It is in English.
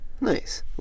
nice